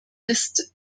ist